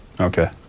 Okay